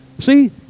See